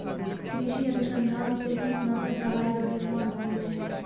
कृषि अनुसंधान से कीटनाशक दवाइ रो निर्माण हुवै छै